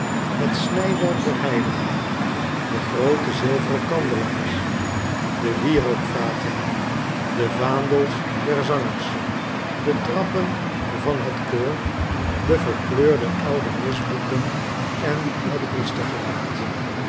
het snijwerk der heiligen de groote zilveren kandelaars de wierookvaten de vaandels der zangers de trappen van het koor de verkleurde oude misboeken en het